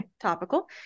Topical